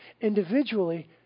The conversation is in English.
individually